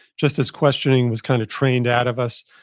just as questioning was kind of trained out of us,